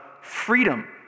freedom